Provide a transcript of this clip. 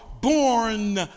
born